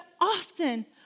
often